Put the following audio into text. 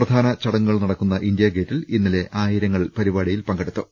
പ്രിധാന ചടങ്ങുകൾ നടക്കുന്ന ഇന്ത്യാഗേറ്റിൽ ഇന്നലെ ആയിരങ്ങൾ പരിപാടികളിൽ പങ്കെടുത്തു